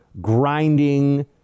grinding